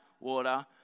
water